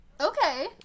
okay